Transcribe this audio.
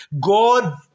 God